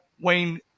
Wayne